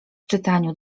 czytaniu